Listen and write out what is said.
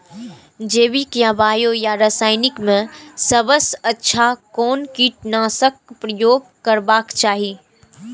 जैविक या बायो या रासायनिक में सबसँ अच्छा कोन कीटनाशक क प्रयोग करबाक चाही?